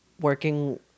working